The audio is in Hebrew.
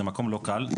זה מקום לא קל,